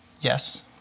Yes